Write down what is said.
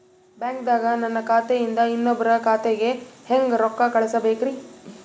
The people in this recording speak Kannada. ಬ್ಯಾಂಕ್ದಾಗ ನನ್ ಖಾತೆ ಇಂದ ಇನ್ನೊಬ್ರ ಖಾತೆಗೆ ಹೆಂಗ್ ರೊಕ್ಕ ಕಳಸಬೇಕ್ರಿ?